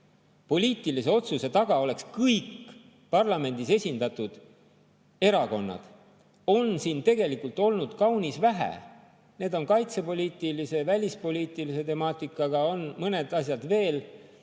poliitilise otsuse taga oleksid kõik parlamendis esindatud erakonnad, on siin tegelikult olnud kaunis vähe. Need on olnud kaitsepoliitilise, välispoliitilise temaatikaga, mõned asjad veel,